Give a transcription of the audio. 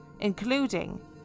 including